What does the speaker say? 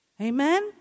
Amen